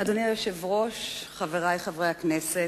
אדוני היושב-ראש, חברי חברי הכנסת,